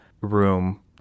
room